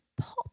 pop